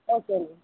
okay ma'am